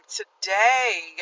today